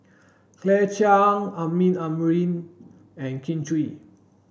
Claire Chiang Amin Amrin and Kin Chui